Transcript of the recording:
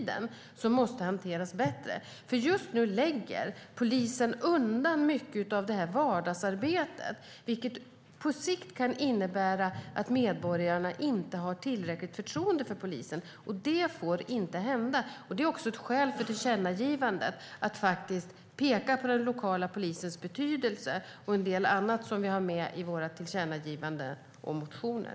De måste hanteras bättre. Just nu lägger polisen undan mycket av vardagsarbetet, vilket på sikt kan innebära att medborgarna inte har tillräckligt förtroende för polisen. Det får inte hända. Ett skäl till tillkännagivandet är att peka på den lokala polisens betydelse och en del annat som vi har med i våra tillkännagivanden och motioner.